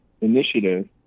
Initiative